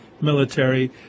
military